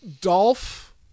Dolph